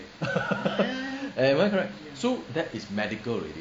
am I correct so that is medical already